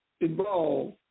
involved